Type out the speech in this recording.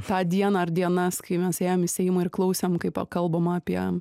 tą dieną ar dienas kai mes ėjom į seimą ir klausėm kaip kalbama apie